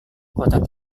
kotak